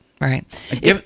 right